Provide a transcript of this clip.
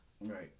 Right